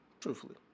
truthfully